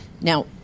Now